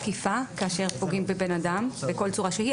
תקיפה כאשר פוגעים באדם בכל צורה שהיא.